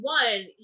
one